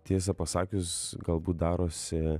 tiesą pasakius galbūt darosi